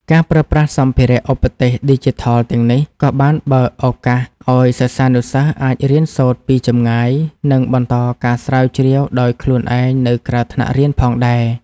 ការប្រើប្រាស់សម្ភារ:ឧបទេសឌីជីថលទាំងនេះ ក៏បានបើកឱកាសឱ្យសិស្សានុសិស្សអាចរៀនសូត្រពីចម្ងាយ និងបន្តការស្រាវជ្រាវដោយខ្លួនឯងនៅក្រៅថ្នាក់រៀនផងដែរ។